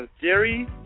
Jerry